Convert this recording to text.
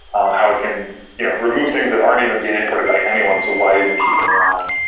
um how it can you know remove things that aren't even being imported by anyone. so why even keep them around?